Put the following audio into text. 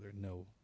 no